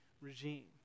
regime